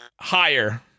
Higher